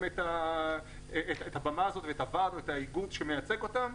את הבמה הזו ואת הוועד או האיגוד שמייצג אותם.